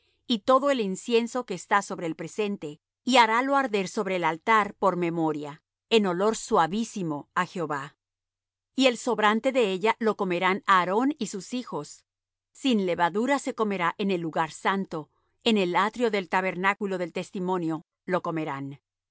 y todo el incienso que está sobre el presente y harálo arder sobre el altar por memoria en olor suavísimo á jehová y el sobrante de ella lo comerán aarón y sus hijos sin levadura se comerá en el lugar santo en el atrio del tabernáculo del testimonio lo comerán